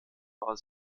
war